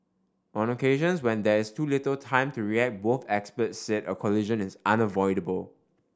on occasions when there is too little time to react both experts said a collision is unavoidable